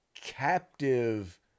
captive